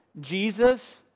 Jesus